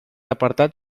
apartat